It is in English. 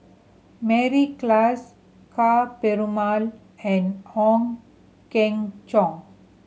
Mary Klass Ka Perumal and Ong Keng